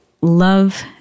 love